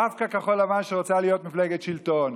דווקא כחול לבן, שרוצה להיות מפלגת שלטון.